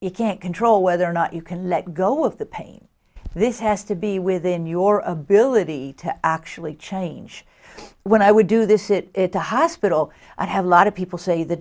it can't control whether or not you can let go of the pain this has to be within your ability to actually change when i would do this it to hospital i have a lot of people say the